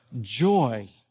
joy